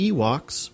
Ewoks